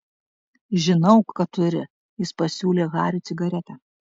žinau kad turi jis pasiūlė hariui cigaretę